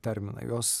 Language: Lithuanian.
terminą jos